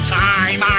time